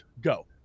go